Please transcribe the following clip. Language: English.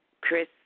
Chris